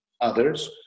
others